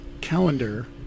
calendar